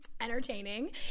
entertaining